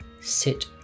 sit